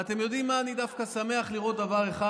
ואתם יודעים מה, אני שמח לראות דבר אחד,